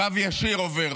קו ישיר עובר